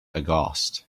aghast